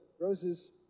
roses